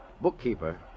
bookkeeper